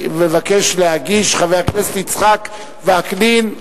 שמבקש להגיש חבר הכנסת יצחק וקנין.